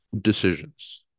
decisions